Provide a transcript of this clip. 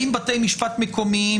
האם בתי משפט מקומיים,